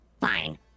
Fine